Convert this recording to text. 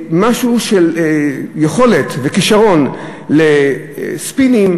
משהו של יכולת וכישרון לספינים,